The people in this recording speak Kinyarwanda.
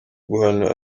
guhana